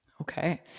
Okay